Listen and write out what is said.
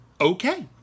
okay